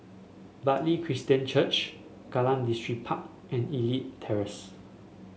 Bartley Christian Church Kallang Distripark and Elite Terrace